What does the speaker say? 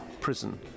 prison